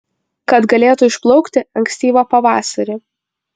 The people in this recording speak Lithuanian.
kad galėtų išplaukti ankstyvą pavasarį